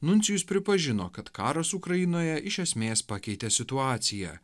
nuncijus pripažino kad karas ukrainoje iš esmės pakeitė situaciją